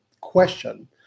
question